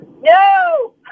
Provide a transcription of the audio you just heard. No